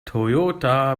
toyota